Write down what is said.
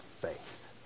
faith